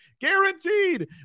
guaranteed